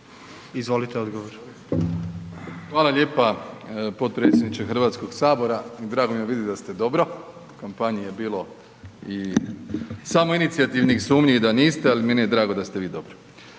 Andrej (HDZ)** Hvala lijepa potpredsjedniče HS-a. Drago mi je vidjeti da ste dobro. U kampanji je bilo i samoinicijativnih sumnji da niste, ali meni je drago da ste vi dobro.